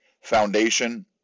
Foundation